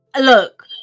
Look